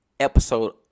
episode